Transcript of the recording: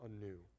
anew